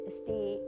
stay